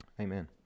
Amen